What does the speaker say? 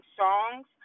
songs